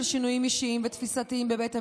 שינויים אישיים ותפיסתיים בבית המשפט.